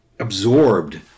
Absorbed